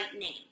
name